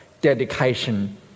dedication